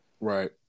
Right